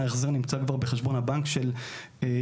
ההחזר נמצא כבר בהחזר הבנק של הנישום,